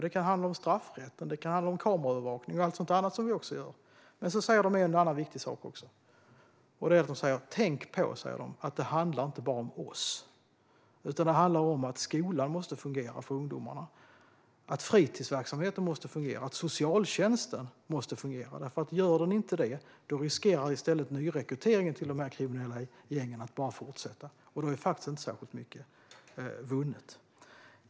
Det kan handla om straffrätten, det kan handla om kameraövervakning och allt annat som vi gör. Men de säger också en annan viktig sak: Tänk på att det inte handlar om bara oss. Det handlar också om att skolan måste fungera för ungdomarna, att fritidsverksamheten måste fungera och att socialtjänsten måste fungera. Om inte socialtjänsten fungerar riskerar i stället nyrekryteringen till dessa kriminella gäng att fortsätta. Då är faktiskt inte särskilt mycket vunnet.